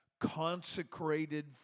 consecrated